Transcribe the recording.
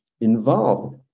involved